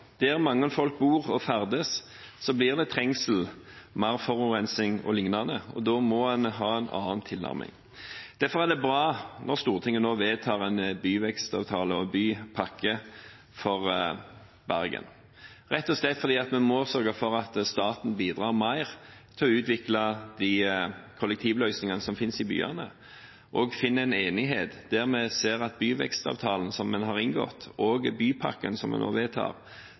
Der mange folk bor og ferdes, blir det trengsel, mer forurensning og lignende, og da må en ha en annen tilnærming. Derfor er det bra når Stortinget nå vedtar en byvekstavtale og en bypakke for Bergen, rett og slett fordi vi må sørge for at staten bidrar mer til å utvikle de kollektivløsningene som finnes i byene, og finne en enighet der vi ser at byvekstavtalen som en har inngått, og bypakken som en nå vedtar,